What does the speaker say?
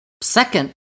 second